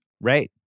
Right